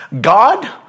God